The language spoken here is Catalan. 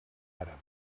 àrab